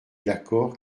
l’accord